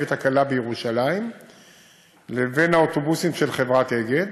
הקלה בירושלים ובין האוטובוסים של חברת אגד.